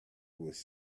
was